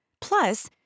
Plus